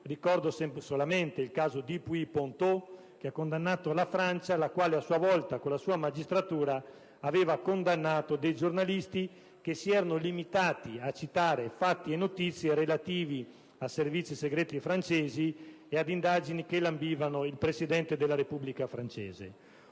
Ricordo solo il caso Dupuis e Pontaut, in cui è stata condannata la Francia, la quale, a sua volta, con la sua magistratura, aveva condannato alcuni giornalisti che si erano limitati a citare fatti e notizie relativi a servizi segreti francesi e ad indagini che lambivano il Presidente della Repubblica francese.